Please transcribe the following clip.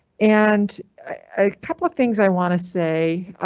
and a couple of things i want to say.